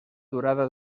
durada